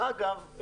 ואגב,